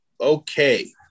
Okay